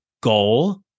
goal